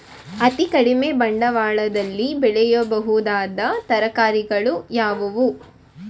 ಅತೀ ಕಡಿಮೆ ಬಂಡವಾಳದಲ್ಲಿ ಬೆಳೆಯಬಹುದಾದ ತರಕಾರಿಗಳು ಯಾವುವು?